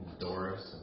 Doris